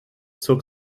zog